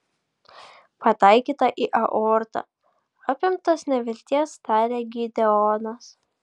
pataikyta į aortą apimtas nevilties tarė gideonas